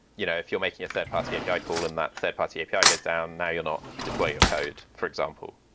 you know if you're making a third-party api call and that third party api gets down, now you're not deploying your code, for example.